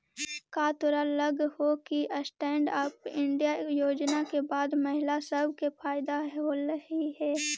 का तोरा लग हो कि स्टैन्ड अप इंडिया योजना के बाद से महिला सब के फयदा होलई हे?